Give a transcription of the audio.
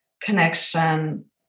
connection